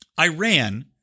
Iran